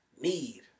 need